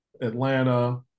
Atlanta